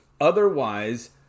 Otherwise